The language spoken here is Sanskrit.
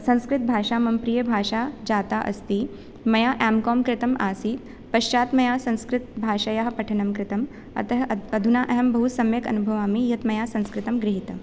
संस्कृतभाषा मम प्रियभाषा जाता अस्ति मया एम् कोम् कृतम् आसीत् पश्चात् मया संस्कृतभाषायाः पठनं कृतम् अतः अधुना अहं बहुसम्यक् अनुभवामि यत् मया संस्कृतं गृहीतम्